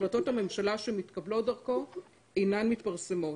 והחלטות הממשלה שמתקבלות דרכו אינן מתפרסמות.